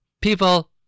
People